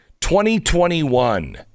2021